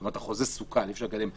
זאת אומרת החוזה סוכל, אי אפשר לקדם אותו.